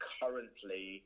currently